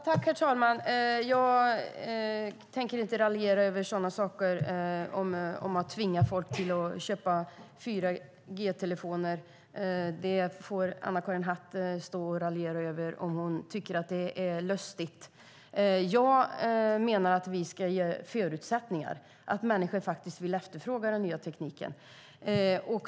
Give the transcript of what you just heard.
Herr talman! Jag tänker inte raljera över saker som att tvinga folk att köpa 4G-telefoner; det får Anna-Karin Hatt stå och raljera över om hon tycker att det är lustigt. Jag menar att vi ska ge förutsättningar så att människor faktiskt efterfrågar den nya tekniken.